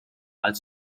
als